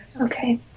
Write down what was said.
Okay